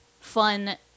fun